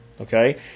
okay